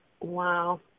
Wow